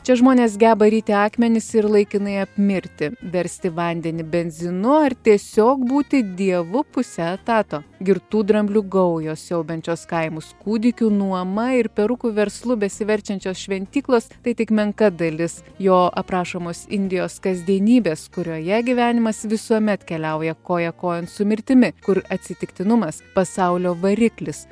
čia žmonės geba ryti akmenis ir laikinai apmirti versti vandenį benzinu ar tiesiog būti dievu puse etato girtų dramblių gaujos siaubiančios kaimus kūdikių nuoma ir perukų verslu besiverčiančios šventyklos tai tik menka dalis jo aprašomos indijos kasdienybės kurioje gyvenimas visuomet keliauja koja kojon su mirtimi kur atsitiktinumas pasaulio variklis